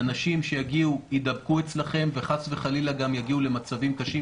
אנשים שיגיעו יידבקו אצלכם וחס וחלילה גם יגיעו למצבים קשים,